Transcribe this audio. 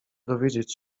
dowiedzieć